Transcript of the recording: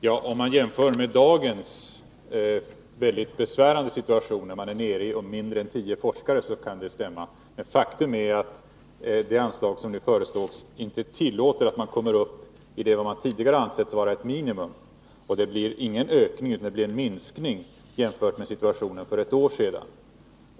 Ja, om man jämför med dagens mycket besvärande situation, där man har mindre än tio forskare, kan det stämma. Men faktum är att det anslag som nu föreslås inte tillåter att man kommer upp i det antal man tidigare ansåg vara ett minimum. Och det blir inte en ökning utan en minskning jämfört med situationen för ett år sedan.